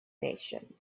nation